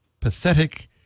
pathetic